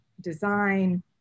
design